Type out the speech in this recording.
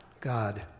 God